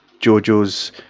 Jojo's